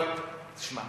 אבל תשמע,